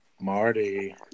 Marty